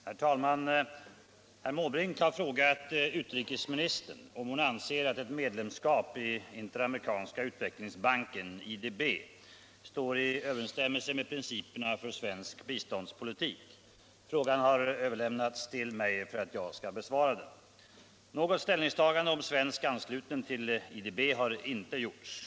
Herr talman! Herr Måbrink har frågat utrikesministern om hon anser att ett medlemskap i Interamerikanska utvecklingsbanken står i överensstämmelse med principerna för svensk biståndspolitik. Frågan har överlämnats till mig för att jag skall besvara den. Något ställningstagande i fråga om svensk anslutning till IDB har inte gjorts.